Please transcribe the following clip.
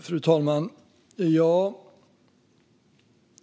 Fru talman!